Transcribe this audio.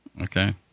Okay